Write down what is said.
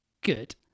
good